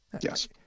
yes